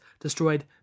destroyed